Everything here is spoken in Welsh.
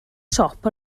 siop